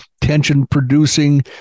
tension-producing